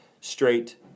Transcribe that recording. straight